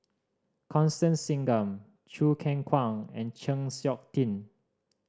Constance Singam Choo Keng Kwang and Chng Seok Tin